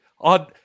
on